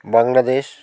Bangladesh